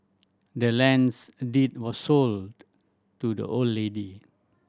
the land's deed was sold to the old lady